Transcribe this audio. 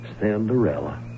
Cinderella